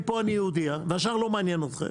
מפה אני יהודייה והשאר לא מעניין אתכם.